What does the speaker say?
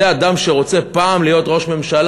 זה אדם שרוצה פעם להיות ראש ממשלה.